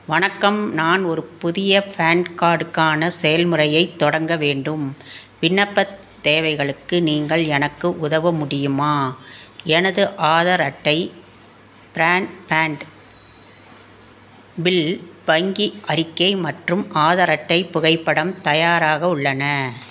வணக்கம் நான் ஒரு புதிய ஃபேன் கார்டுக்கான செயல்முறையைத் தொடங்க வேண்டும் விண்ணப்பத் தேவைகளுக்கு நீங்கள் எனக்கு உதவ முடியுமா எனது ஆதார் அட்டை பிராண்ட்பேண்ட் பில் வங்கி அறிக்கை மற்றும் ஆதார் அட்டை புகைப்படம் தயாராக உள்ளன